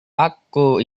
aku